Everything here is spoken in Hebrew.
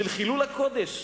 של חילול הקודש.